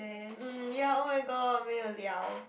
um ya oh my god 没有了